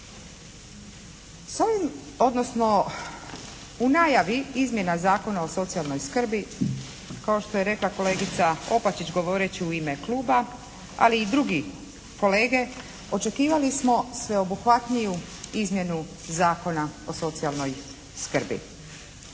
u najavi izmjena Zakona o socijalnoj skrbi kao što je rekla kolegica Opačić govoreći u ime Kluba ali i drugi kolege očekivali smo sveobuhvatniju izmjenu Zakona o socijalnoj skrbi.